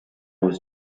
was